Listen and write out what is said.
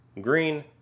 Green